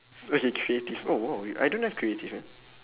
which is creative oh !wow! I don't have creative ah